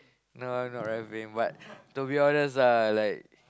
no I'm not rapping but to be honest ah like